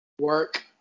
Work